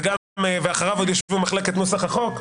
ואחריו עוד ישבו במחלקת נוסח החוק.